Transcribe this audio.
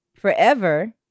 forever